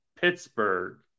pittsburgh